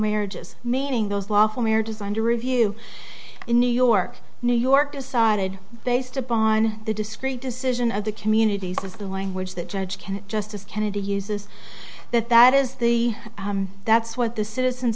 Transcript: marriages meaning those lawful marriages under review in new york new york decided based upon the discrete decision of the communities as the language that judge kenneth justice kennedy uses that that is the that's what the citizens